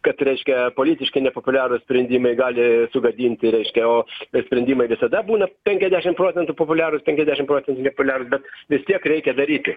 kad reiškia politiškai nepopuliarūs sprendimai gali sugadinti reiškia o sprendimai visada būna penkiasdešimt procentų populiarūs penkiasdešimt procentų nepopuliarūs bet vis tiek reikia daryti